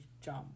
jump